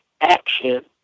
action